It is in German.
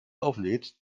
auflädst